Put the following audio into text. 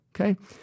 Okay